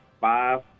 five